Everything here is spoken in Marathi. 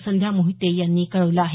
संध्या मोहिते यांनी कळवलं आहे